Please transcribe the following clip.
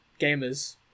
Gamers